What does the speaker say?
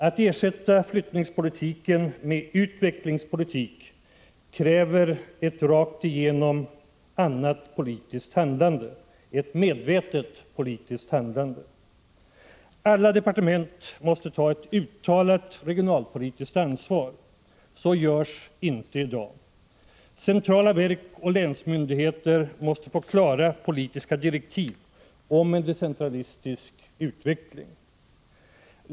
Att ersätta flyttningspolitiken med utvecklingspolitik kräver ett rakt igenom ändrat politiskt handlande, ett medvetet politiskt handlande. Alla departement måste ta ett uttalat regionalpolitiskt ansvar. Så görs inte i dag. Centrala verk och länsmyndigheter måste få klara politiska direktiv om en decentralistisk utveckling.